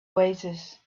oasis